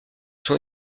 sont